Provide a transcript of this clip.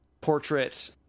portrait